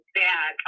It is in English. bad